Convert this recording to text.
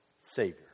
Savior